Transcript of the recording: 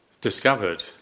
discovered